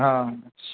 हां